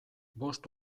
bost